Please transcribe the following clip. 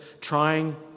trying